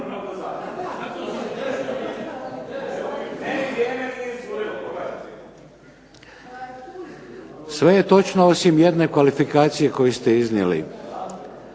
Sve je točno osim jedne kvalifikacije koju ste iznijeli.